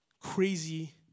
crazy